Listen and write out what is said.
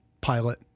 pilot